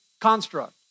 construct